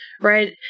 right